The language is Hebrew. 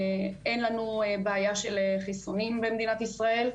אין לנו בעיה של חיסונים במדינת ישראל,